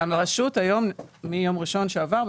הרשות היום, מיום ראשון שעבר,